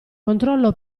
controllo